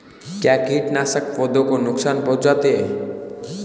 क्या कीटनाशक पौधों को नुकसान पहुँचाते हैं?